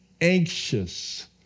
anxious